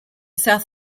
south